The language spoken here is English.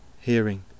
hearing